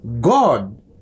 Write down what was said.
God